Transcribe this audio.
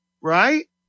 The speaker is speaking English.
right